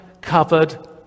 covered